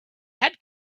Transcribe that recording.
had